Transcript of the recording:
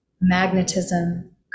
magnetism